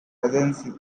agencies